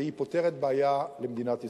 והיא פותרת בעיה למדינת ישראל.